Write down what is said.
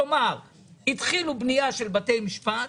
כלומר התחילו בנייה של בתי משפט,